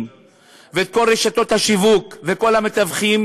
ואת כל רשתות השיווק ואת כל המתווכים,